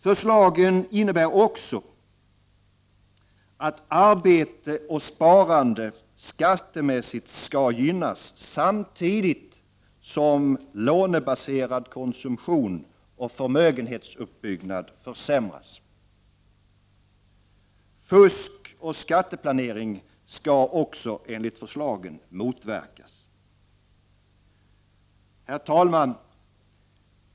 Förslagen innebär också att arbete och sparande skattemässigt skall gynnas samtidigt som lånebaserad konsumtion och förmögenhetsuppbyggnad försämras. Fusk och skatteplanering skall motverkas. Herr talman!